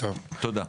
תודה.